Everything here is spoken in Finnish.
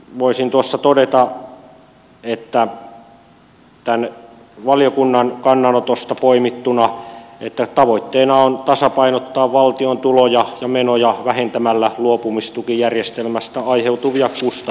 voisin todeta tämän valiokunnan kannanotosta poimittuna että tavoitteena on tasapainottaa valtion tuloja ja menoja vähentämällä luopumistukijärjestelmästä aiheutuvia kustannuksia